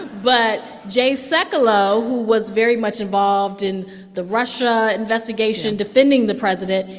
but jay sekulow, who was very much involved in the russia investigation, defending the president.